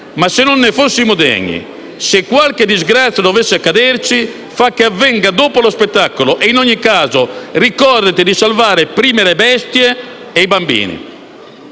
ma se non ne fossimo degni, se qualche disgrazia dovesse accaderci, fa' che avvenga dopo lo spettacolo e, in ogni caso, ricordati di salvare prima le bestie e i bambini».